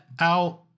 out